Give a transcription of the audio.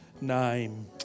name